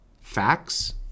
facts